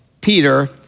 Peter